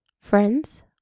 Friends